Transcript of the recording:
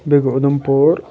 بیٚیہِ گوٚو اُدھمپوٗر